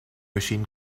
machine